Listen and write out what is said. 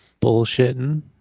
bullshitting